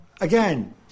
Again